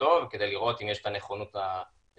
ובגזרתו וכדי לראות אם יש את הנכונות הזאת.